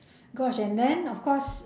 gosh and then of course